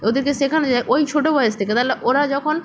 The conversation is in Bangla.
ওদেরকে শেখানো যায় ওই ছোট বয়স থেকে তাহলে ওরা যখন